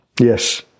Yes